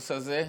הקורס הזה.